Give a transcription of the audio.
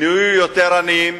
נהיו יותר עניים,